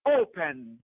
open